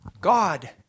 God